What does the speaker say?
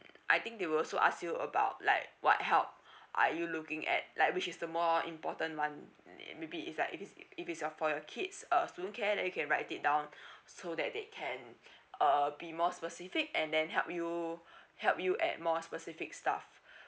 I think they will also ask you about like what help are you looking at like which is the more important one um maybe it's like if it's if it's your for your kids uh student care then you can write it down so that they can uh be more specific and then help you help you at more specific staff okay so uh that will just have to uh